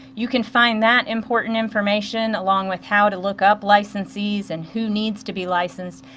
you can find that important information, along with how to look up licensees and who needs to be licensed,